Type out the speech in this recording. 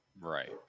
right